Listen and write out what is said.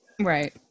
Right